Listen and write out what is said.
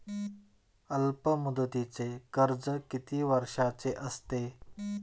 अल्पमुदतीचे कर्ज किती वर्षांचे असते?